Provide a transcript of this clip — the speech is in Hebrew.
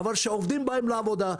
אבל כשעובדים באים לעבודה,